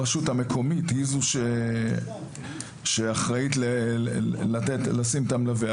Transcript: הרשות המקומית היא זו שאחראית לשים את המלווה.